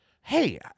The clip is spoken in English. Hey